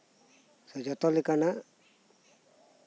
ᱡᱷᱚᱛᱚ ᱞᱮᱠᱟᱱᱟᱜ